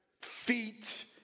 feet